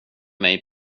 mig